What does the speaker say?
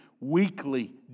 weekly